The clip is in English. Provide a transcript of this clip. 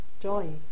joy